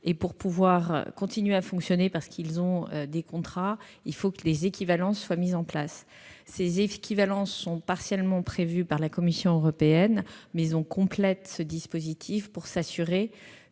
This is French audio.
Pour pouvoir continuer à fonctionner et à exécuter leurs contrats, il faut que des équivalences soient mises en place. Ces équivalences sont partiellement prévues par la Commission européenne. Il s'agit de compléter ce dispositif afin de s'assurer